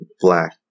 black